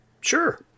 Sure